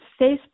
Facebook